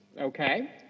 Okay